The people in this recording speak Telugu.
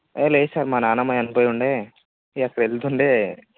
లేదు సార్ మా నానమ్మ చనిపోయి ఉండే ఇక వెళ్తుండే